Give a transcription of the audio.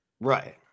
Right